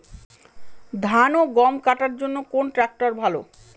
ধান ও গম কাটার জন্য কোন ট্র্যাক্টর ভালো?